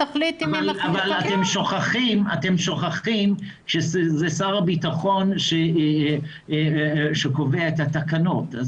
אבל אתם שוכחים ששר הביטחון הוא שקובע את התקנות.